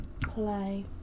play